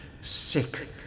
Sick